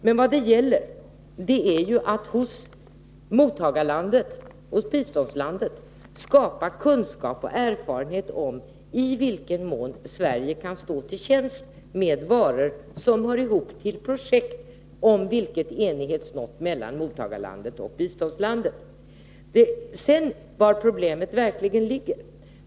Men vad det gäller är att hos mottagarlandet skapa kunskap och erfarenhet om i vilken mån Sverige kan stå till tjänst med varor som hör ihop med projekt, om vilket enighet nåtts mellan givarlandet och mottagarlandet. Sedan till frågan om var problemet verkligen ligger.